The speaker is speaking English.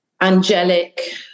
angelic